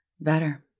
better